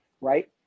right